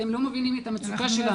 אתם לא מבינים את המצוק שלנו.